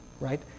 Right